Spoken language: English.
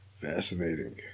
Fascinating